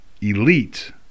elite